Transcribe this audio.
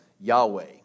Yahweh